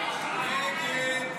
ההסתייגויות